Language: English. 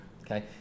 okay